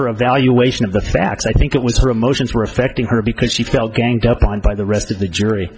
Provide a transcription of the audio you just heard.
her evaluation of the facts i think it was her emotions were affecting her because she felt ganged up on by the rest of the jury